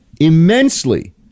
immensely